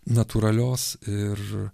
natūralios ir